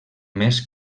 més